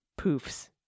poofs